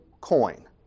coin